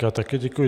Já také děkuji.